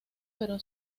pero